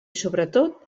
sobretot